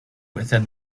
within